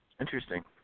Interesting